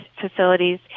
facilities